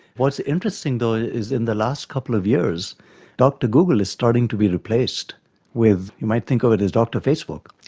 what's interesting though ah is in the last couple of years dr google is starting to be replaced with, you might think of it as dr facebook.